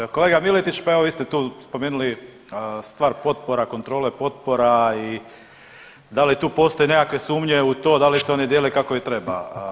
Ovoga kolega Miletić pa evo vi ste tu spomenuli stvar potpora, kontrole potpora i da li tu postoje nekakve sumnje u to, da li se one dijele kako i treba.